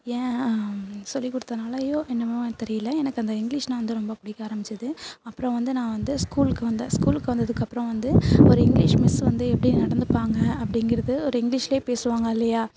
ஏன் சொல்லிக் கொடுத்தனாலையோ என்னவோ தெரியலை எனக்கு அந்த இங்கிலீஷ்னா வந்து ரொம்ப பிடிக்க ஆரம்மிச்சது அப்புறம் வந்து நான் வந்து ஸ்கூல்க்கு வந்தேன் ஸ்கூலுக்கு வந்ததுக்கப்புறம் வந்து ஒரு இங்கிலீஷ் மிஸ்ஸு வந்து எப்படி நடந்துப்பாங்க அப்படிங்கிறது ஒரு இங்கிலீஷில் பேசுவாங்க இல்லையா